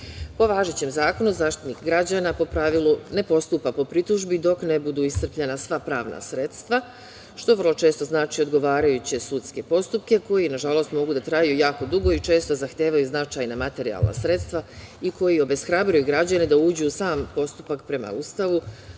važećem zakonu Zaštitnik građana po pravilu ne postupa po pritužbi dok ne budu iscrpljena sva pravna sredstava, što vrlo često znači odgovarajuće sudske postupke koji nažalost mogu da traju jako dugo i često zahtevaju značajna materijalna sredstva i koja obeshrabruju građane da uđu u sam postupak. Prema Ustavu